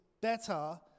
better